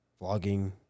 vlogging